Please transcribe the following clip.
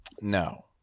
No